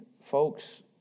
folks